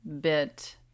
bit